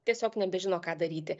tiesiog nebežino ką daryti